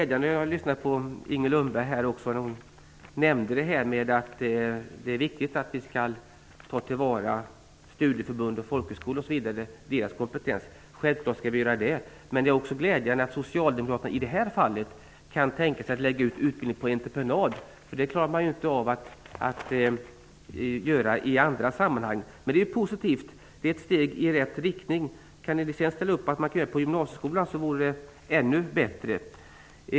Jag har lyssnat på Inger Lundberg här, och hon nämnde att det är viktigt att vi tar tillvara studieförbunds och folkhögskolors kompetens. Det skall vi självfallet göra. Det är också glädjande att Socialdemokraterna i det här fallet kan tänka sig att lägga ut utbildningen på entreprenad. Det klarar de ju inte av att göra i andra sammanhang. Det är positivt. Det är ett steg i rätt riktning. Om ni sedan kan ställa upp på att man kan göra det med gymnasieskolan också vore det ännu bättre.